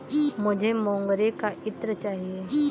मुझे मोगरे का इत्र चाहिए